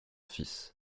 fils